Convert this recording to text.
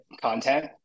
content